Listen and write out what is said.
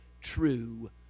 true